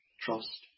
trust